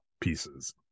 pieces